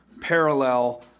parallel